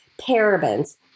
parabens